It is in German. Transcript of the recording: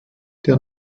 der